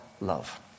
love